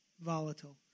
volatile